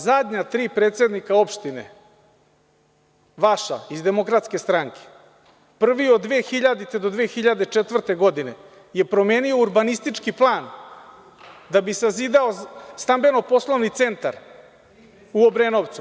Zadnja tri predsednika opštine, vaša, iz DS, prvi od 2000-te do 2004. godine je promenio urbanistički plan da bi sazidao stambeno poslovni centar u Obrenovcu.